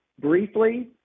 Briefly